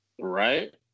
Right